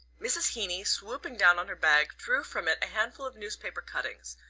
mrs. heeny, swooping down on her bag, drew from it a handful of newspaper cuttings,